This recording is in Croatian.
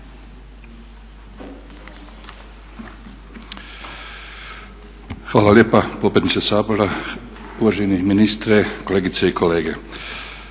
Hvala lijepa potpredsjednice Sabora, uvaženi ministre, kolegice i kolege.